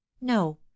No